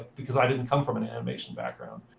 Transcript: because i didn't come from an animation background.